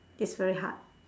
is very hard